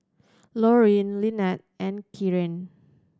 Lorraine Lynnette and Keara